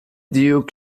duke